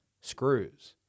screws